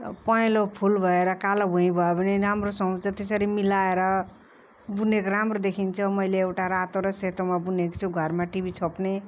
पहेलो फुल भएर कालो भुइँ भयो भने राम्रो सुहाउँछ त्यसरी मिलाएर बुनेको राम्रो देखिन्छ मैले एउटा रातो र सेतोमा बुनेको छु घरमा टिभी छोप्ने